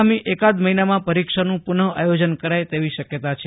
આગામી એકાદ મહિનામાં પરીક્ષાનું પુનઃ આયોજન કરાય તેવી શક્યતા છે